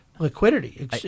Liquidity